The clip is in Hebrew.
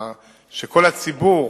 שכל הציבור